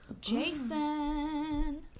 Jason